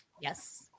Yes